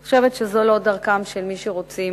אני חושבת שזו לא דרכם של מי שרוצים